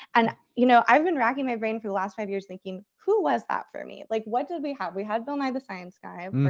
and you know i've been racking my brain for the last five years thinking, who was that for me? like, what did we have? we had bill nye the science guy. um